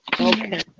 Okay